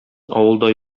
авылда